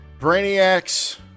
Brainiacs